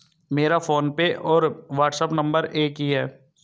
मेरा फोनपे और WhatsApp number एक ही है